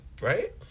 right